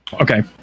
Okay